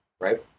right